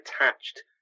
attached